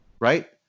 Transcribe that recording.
right